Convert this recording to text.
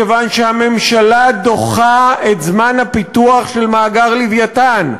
מכיוון שהממשלה דוחה את זמן הפיתוח של מאגר "לווייתן".